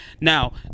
Now